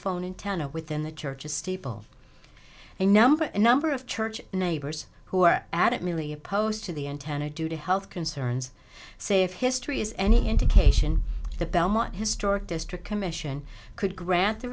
phone in town or within the church steeple a number a number of church neighbors who are adamantly opposed to the antenna due to health concerns say if history is any indication the belmont historic district commission could grant the